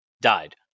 died